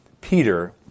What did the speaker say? Peter